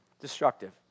destructive